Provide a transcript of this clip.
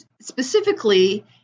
specifically